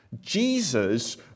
Jesus